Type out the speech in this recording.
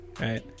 right